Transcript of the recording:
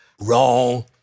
Wrong